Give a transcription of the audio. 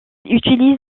utilise